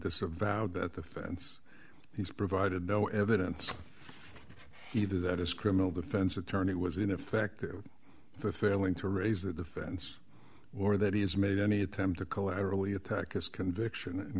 disavowed that the fence he's provided no evidence either that is criminal defense attorney was ineffective for failing to raise the defense or that he has made any attempt to collaterally attack his conviction in